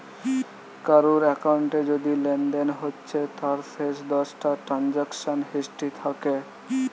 কারুর একাউন্টে যদি লেনদেন হচ্ছে তার শেষ দশটা ট্রানসাকশান হিস্ট্রি থাকে